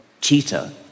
cheetah